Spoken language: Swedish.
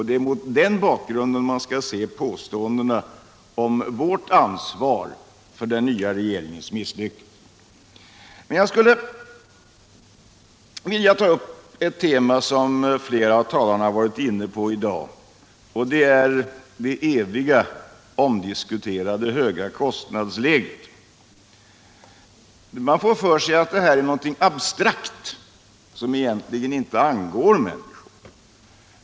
Det är mot den bakgrunden man skall se påståendena om vårt ansvar för den nya regeringens misslyckande. Jag skulle vilja ta upp ett tema som flera av talarna varit inne på i dag, nämligen det evigt omdebatterade höga kostnadsläget. Man får för sig att det är någonting abstrakt som egentligen inte angår människorna.